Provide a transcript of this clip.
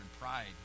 pride